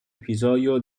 episodio